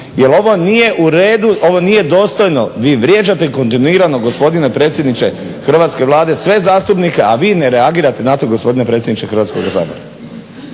Jel ovo nije uredu, ovo nije dostojno, vi vrijeđate kontinuirano gospodine predsjedniče Hrvatske vlade sve zastupnike, a vi ne reagirate na to gospodine predsjedniče Hrvatskoga sabora.